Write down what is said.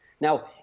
Now